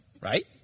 Right